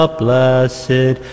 blessed